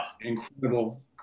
incredible